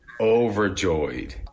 overjoyed